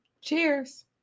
Cheers